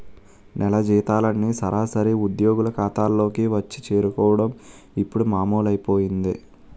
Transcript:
నెల జీతాలన్నీ సరాసరి ఉద్యోగుల ఖాతాల్లోకే వచ్చి చేరుకోవడం ఇప్పుడు మామూలైపోయింది